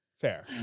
Fair